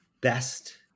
best